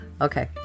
Okay